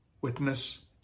witness